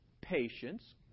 patience